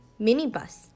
Minibus